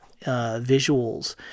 visuals